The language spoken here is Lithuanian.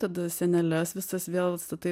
tada seneles visas vėl statai